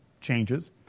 changes